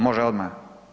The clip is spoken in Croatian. Može odmah?